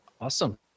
Awesome